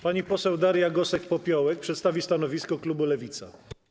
Pani poseł Daria Gosek-Popiołek przedstawi stanowisko klubu Lewica.